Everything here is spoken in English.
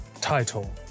title